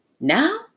now